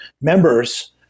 members